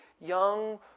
young